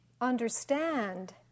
understand